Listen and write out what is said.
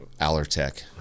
Allertech